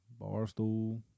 barstool